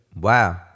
Wow